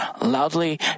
loudly